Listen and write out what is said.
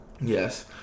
Yes